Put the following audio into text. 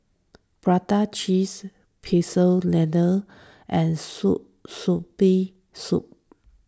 Prata Cheese Pecel Lele and Sour Spicy Soup